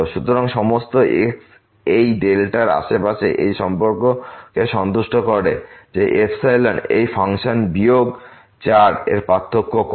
সুতরাংসমস্ত x এই আশেপাশেরএই সম্পর্ককে সন্তুষ্ট করে যে এই ফাংশন বিয়োগ 4 এর পার্থক্য কম